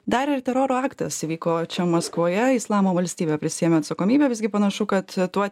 dar ir teroro aktas įvyko čia maskvoje islamo valstybė prisiėmė atsakomybę visgi panašu kad tuo